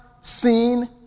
seen